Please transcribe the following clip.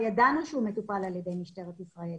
ידענו שהוא מטופל על ידי משטרת ישראל.